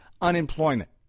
unemployment